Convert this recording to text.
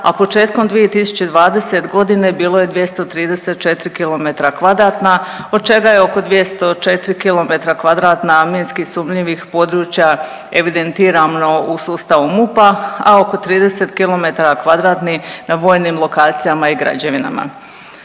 a početkom 2020. godine bilo je 234 km kvadratna od čega je oko 204 km1 minski sumnjivih područja evidentirano u sustavu MUP-a a oko 30 km1 na vojnim lokacijama i građevinama.